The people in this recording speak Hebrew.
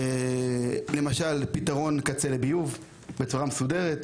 גם צריך למצוא פתרון קצה לביוב בצורה מסודרת,